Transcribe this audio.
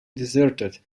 deserted